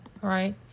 right